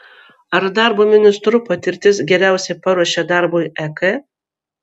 ar darbo ministru patirtis geriausiai paruošia darbui ek